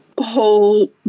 whole